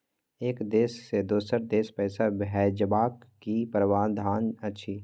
एक देश से दोसर देश पैसा भैजबाक कि प्रावधान अछि??